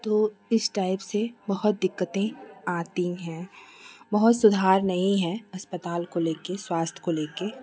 तो इस टाइप से बहुत दिक्कतें आती हैं बहुत सुधार नहीं हैं अस्पताल को लेके स्वास्थ्य को लेके